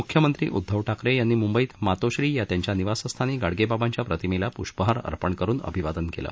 मुख्यमंत्री उद्दव ठाकरे यांनी मृंबईत मातोश्री या त्यांच्या निवासस्थानी गाडगेबाबांच्या प्रतिमेला पृष्पहार अर्पण करून अभिवादन केलं